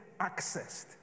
accessed